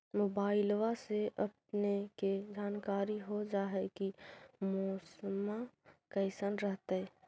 मोबाईलबा से अपने के जानकारी हो जा है की मौसमा कैसन रहतय?